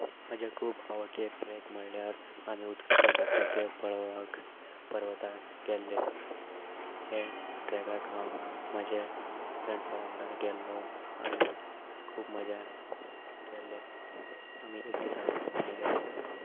म्हज्या खूब आवडटी ट्रेक म्हण्यार आमी उदकाच्या धबधबे पळवाक पर्वत गेल्ले हे ट्रेकाक हांव म्हजे फ्रेंड्सां वांगडा गेल्लो आनी खूब मजा केल्ले आमी एक दिसाक लागून थंय गेल्ले